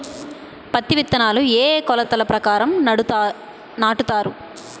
పత్తి విత్తనాలు ఏ ఏ కొలతల ప్రకారం నాటుతారు?